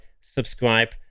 subscribe